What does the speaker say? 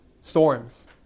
storms